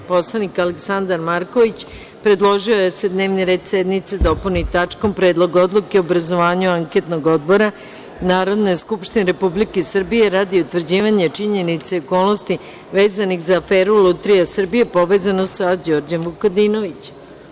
Narodni poslanik Aleksandar Marković predložio je da se dnevni red sednice dopuni tačkom – Predlog odluke o obrazovanju anketnog odbora Narodne skupštine Republike Srbije radi utvrđivanja činjenica i okolnosti vezanih za aferu „Lutrija Srbije“, povezanu sa Đorđem Vukadinovićem.